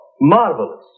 Marvelous